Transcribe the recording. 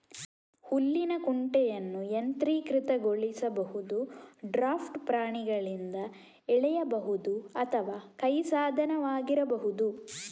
ಹುಲ್ಲಿನ ಕುಂಟೆಯನ್ನು ಯಾಂತ್ರೀಕೃತಗೊಳಿಸಬಹುದು, ಡ್ರಾಫ್ಟ್ ಪ್ರಾಣಿಗಳಿಂದ ಎಳೆಯಬಹುದು ಅಥವಾ ಕೈ ಸಾಧನವಾಗಿರಬಹುದು